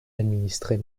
administrer